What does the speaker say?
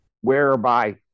whereby